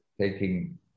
taking